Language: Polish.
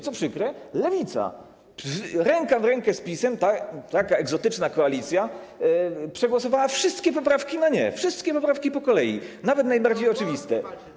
Co przykre, lewica ręka w rękę z PiS-em, taka egzotyczna koalicja, przegłosowała wszystkie poprawki na nie, wszystkie poprawki po kolei, nawet najbardziej oczywiste.